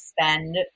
spend